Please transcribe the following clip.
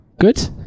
Good